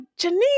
Janine